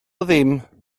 ddim